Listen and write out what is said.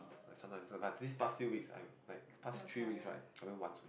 sometimes but this past few weeks I like this past three weeks right I went once